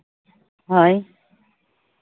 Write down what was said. ᱦᱳᱭ